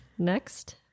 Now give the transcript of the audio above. Next